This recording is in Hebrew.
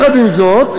עם זאת,